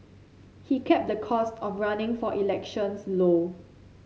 he kept the cost of running for elections low